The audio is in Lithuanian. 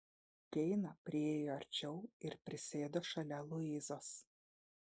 keina priėjo arčiau ir prisėdo šalia luizos